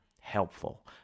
helpful